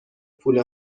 پول